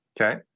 Okay